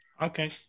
Okay